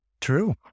true